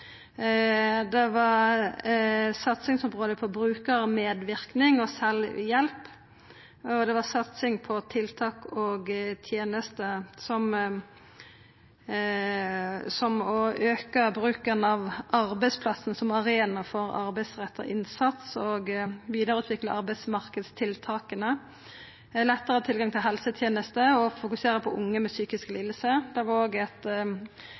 tenester, som å auka bruken av arbeidsplassen som arena for arbeidsretta innsats, og å vidareutvikla arbeidsmarknadstiltaka. Og vidare: lettare tilgang til helsetenester og å fokusera på unge med psykiske lidingar. Dette med kompetanse, nettverk, informasjon og haldningar var òg eit sentralt område. Eit sentralt område – det femte – var kunnskap, forsking og